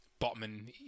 Botman